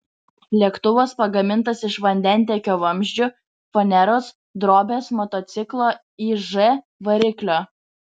lėktuvas pagamintas iš vandentiekio vamzdžių faneros drobės motociklo iž variklio